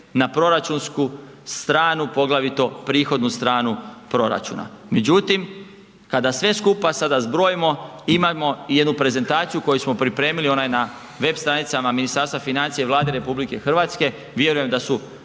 na proračunsku stranu, poglavito prihodnu stranu proračuna, međutim kada sve skupa sada zbrojimo imamo jednu prezentaciju koju smo pripremili, ona je na web stranicama Ministarstva financija i Vlade RH, vjerujem da su